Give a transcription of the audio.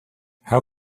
how